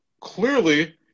clearly